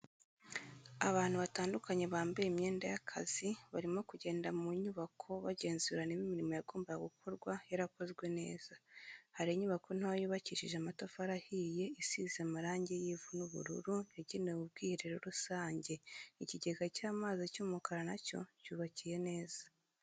Abantu batandukanye bambaye imyenda y'akazi barimo kugenda mu nyubako bagenzura niba imirimo yagombaga gukorwa yarakozwe neza, hari inyubako ntoya yubakishije amatafari ahiye isize amarangi y'ivu n'ubururu yagenewe ubwiherero rusange ikigega cy'amazi cy'umukara na cyo cyubakiye neza.